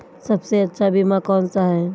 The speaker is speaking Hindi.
सबसे अच्छा बीमा कौनसा है?